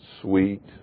sweet